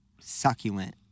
succulent